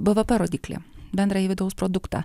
bvp rodiklį bendrąjį vidaus produktą